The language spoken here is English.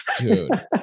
Dude